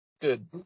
Good